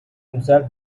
himself